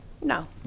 No